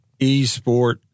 esport